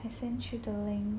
I send you the link